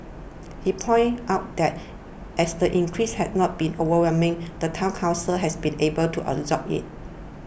he pointed out that as the increase has not been overwhelming the Town Council has been able to absorb it